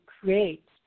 create